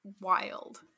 wild